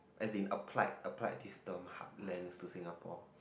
as been applied applied this term heartland is to Singapore